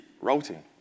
routing